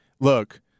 look